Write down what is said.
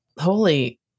holy